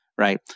right